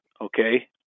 okay